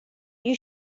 you